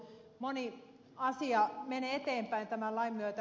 moni asia menee eteenpäin tämän lain myötä